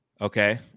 Okay